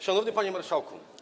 Szanowny Panie Marszałku!